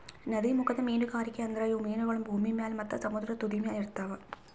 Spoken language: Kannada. ನದೀಮುಖದ ಮೀನುಗಾರಿಕೆ ಅಂದುರ್ ಇವು ಮೀನಗೊಳ್ ಭೂಮಿ ಮ್ಯಾಗ್ ಮತ್ತ ಸಮುದ್ರದ ತುದಿಮ್ಯಲ್ ಇರ್ತಾವ್